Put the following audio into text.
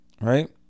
Right